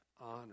honor